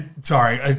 Sorry